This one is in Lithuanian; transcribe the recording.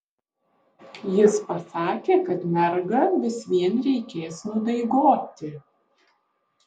jis pasakė kad mergą vis vien reikės nudaigoti